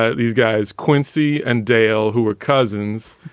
ah these guys, quincy and dale, who were cousins.